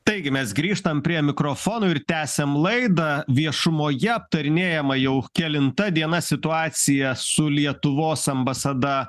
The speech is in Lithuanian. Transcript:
taigi mes grįžtam prie mikrofono ir tęsiam laidą viešumoje aptarinėjama jau kelinta diena situacija su lietuvos ambasada